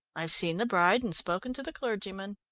i've seen the bride, and spoken to the clergyman.